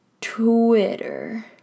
Twitter